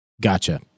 Gotcha